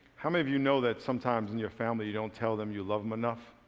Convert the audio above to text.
how many of you know that sometimes in your family you don't tell them you love them enough?